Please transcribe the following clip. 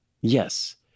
Yes